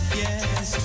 yes